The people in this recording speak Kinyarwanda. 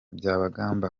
byabagamba